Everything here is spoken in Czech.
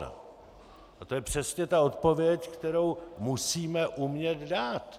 A to je přesně ta odpověď, kterou musíme umět dát.